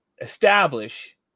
establish